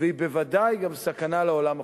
והיא בוודאי גם סכנה לעולם החופשי.